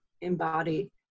embody